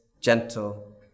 gentle